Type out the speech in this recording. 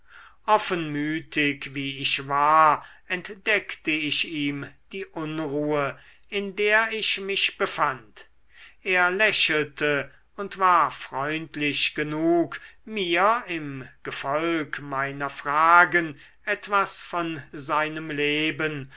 offenmütig wie ich war entdeckte ich ihm die unruhe in der ich mich befand er lächelte und war freundlich genug mir im gefolg meiner fragen etwas von seinem leben